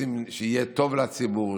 רוצים שיהיה טוב לציבור.